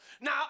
Now